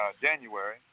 January